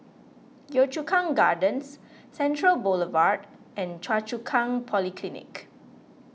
Yio Chu Kang Gardens Central Boulevard and Choa Chu Kang Polyclinic